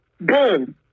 boom